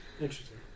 Interesting